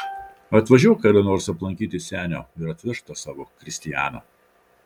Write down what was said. atvažiuok kada nors aplankyti senio ir atsivežk tą savo kristianą